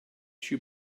shoe